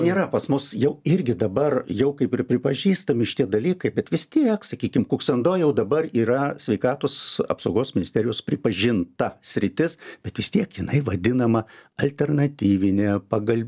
yra pas mus jau irgi dabar jau kaip ir pripažįstami šitie dalykai bet vis tiek sakykim kuksando jau dabar yra sveikatos apsaugos ministerijos pripažinta sritis bet vis tiek jinai vadinama alternatyvine pagal